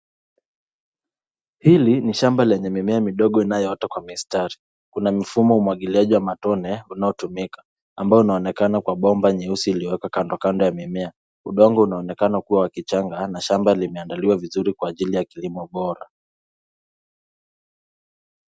Hili ni shamba lenye mimea midogo inayoota kwa mistari. Kuna mifumo ya umwagiliaji wa matone unaotumika, ambao unaonekana kwa bomba nyeusi iliyowekwa kando kando ya mimea. Udongo unaonekana kuwa wa kichanga na shamba limeandaliwa vizuri kwa ajili ya kilimo bora.